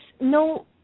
no